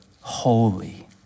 holy